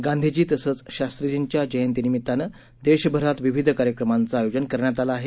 गांधीजी तसंच शास्त्रीजींच्या जयंतीनिमितानं देशभरात विविध कार्यक्रमांचं आयोजन करण्यात आलं आहे